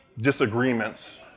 disagreements